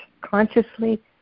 consciously